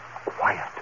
Quiet